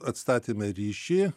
atstatėme ryšį